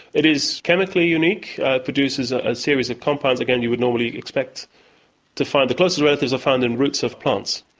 it is chemically unique. it produces a series of compounds, again, you would normally expect to find, the closest relatives are found in roots of plants.